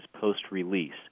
post-release